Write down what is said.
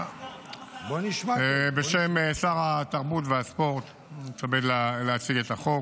בשם שר התרבות והספורט אני מתכבד להציג את החוק.